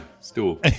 stool